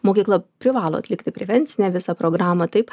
mokykla privalo atlikti prevencinę visą programą taip